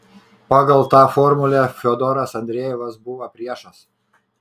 pagal tą formulę fiodoras andrejevas buvo priešas